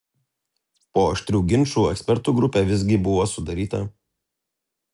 po aštrių ginčų ekspertų grupė visgi buvo sudaryta